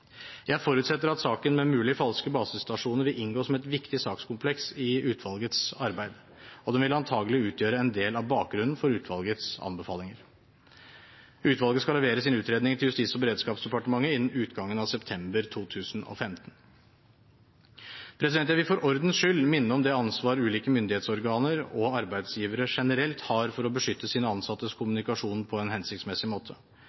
Jeg forutsetter at saken med mulige falske basestasjoner vil inngå som et viktig sakskompleks i utvalgets arbeid, og det vil antakelig utgjøre en del av bakgrunnen for utvalgets anbefalinger. Utvalget skal levere sin utredning til Justis- og beredskapsdepartementet innen utgangen av september 2015. Jeg vil for ordens skyld minne om det ansvar ulike myndighetsorganer og arbeidsgivere generelt har for å beskytte sine ansattes kommunikasjon på en hensiktsmessig måte.